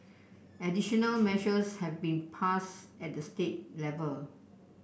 additional measures have been passed at the state level